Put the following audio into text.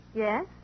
Yes